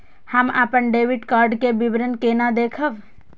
हम अपन debit card के विवरण केना देखब?